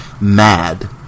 Mad